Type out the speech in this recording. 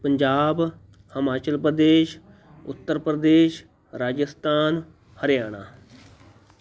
Punjab Himachal Pradesh Uttar Pradesh Rajasthan Haryana